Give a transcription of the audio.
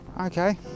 Okay